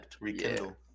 rekindle